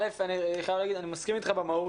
א', אני חייב להגיד, אני מסכים אתך במהות.